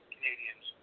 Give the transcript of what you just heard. Canadians